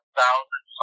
thousand